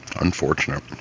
Unfortunate